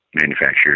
manufacturers